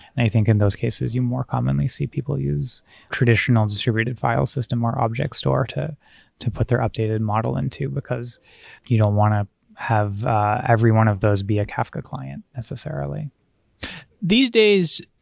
and i think in those cases you more commonly see people use traditional distributed file system or objectstore to to put their updated model into, because you don't want to have every one of those be a kafka client necessarily these days,